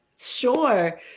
Sure